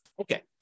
okay